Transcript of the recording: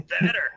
better